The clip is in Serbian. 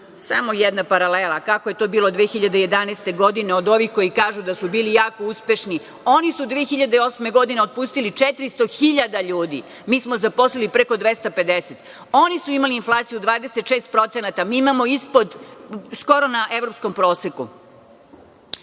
Samo jedna paralela kako je to bilo 2011. godine od ovih koji kažu da su bili jako uspešni. Oni su 2008. godine otpustili 400 hiljada ljudi. Mi smo zaposlili preko 250. Oni su imali inflaciju 26%. Mi imamo ispod, skoro na evropskom proseku.